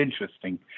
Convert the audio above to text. interesting